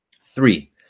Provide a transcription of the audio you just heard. Three